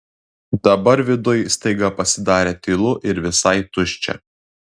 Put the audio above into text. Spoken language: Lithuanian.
dabar viduj staiga pasidarė tylu ir visai tuščia